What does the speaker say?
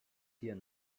here